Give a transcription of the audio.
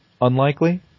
unlikely